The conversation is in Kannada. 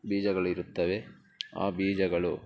ಬೀಜಗಳಿರುತ್ತವೆ ಆ ಬೀಜಗಳು